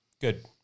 Good